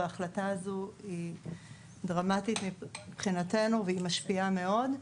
ההחלטה הזו היא דרמטית מבחינתנו והיא משפיעה מאוד.